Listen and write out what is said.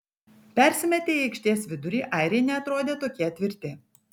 persimetę į aikštės vidurį airiai neatrodė tokie tvirti